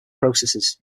processes